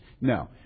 No